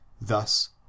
thus